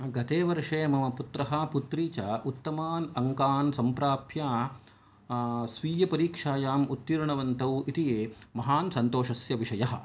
गतेवर्षे मम पुत्रः पुत्री च उत्तमान् अङ्कान् सम्प्राप्य स्वीयपरीक्षायाम् उत्तीर्णवन्तौ इति महान् सन्तोषस्य विषयः